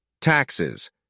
Taxes